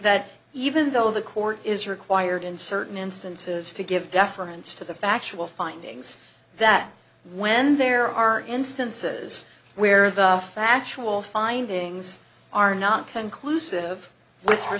that even though the court is required in certain instances to give deference to the factual findings that when there are instances where the factual findings are not conclusive with re